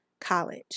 college